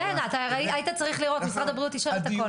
כן, היית צריך לראות משרד הבריאות אישר את הכול.